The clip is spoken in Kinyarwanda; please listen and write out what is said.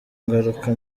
ngaruka